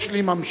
יש לי ממשיך.